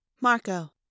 Marco